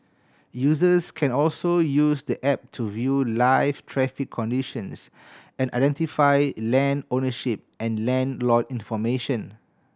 users can also use the app to view live traffic conditions and identify land ownership and land lot information